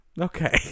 okay